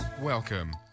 Welcome